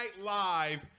Live